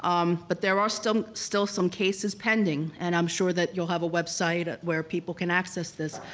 um but there are still still some cases pending, and i'm sure that you'll have a website where people can access this,